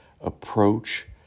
approach